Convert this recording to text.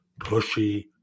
pushy